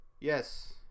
Yes